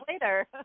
later